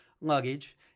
luggage